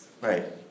Right